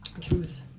Truth